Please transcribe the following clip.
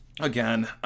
Again